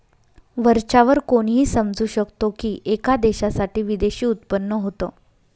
वरच्या वर कोणीही समजू शकतो की, एका देशासाठी विदेशी उत्पन्न होत